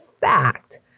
fact